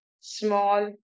small